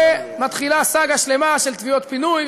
ומתחילה סאגה שלמה של תביעות פינוי,